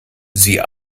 sie